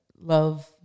love